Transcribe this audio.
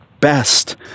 best